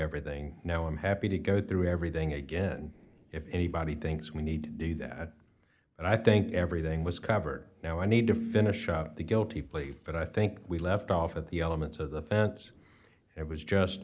everything now i'm happy to go through everything again if anybody thinks we need do that and i think everything was covered now i need to finish out the guilty plea but i think we left off of the elements of the fence it was just